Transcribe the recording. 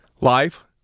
Life